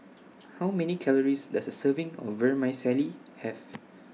How Many Calories Does A Serving of Vermicelli Have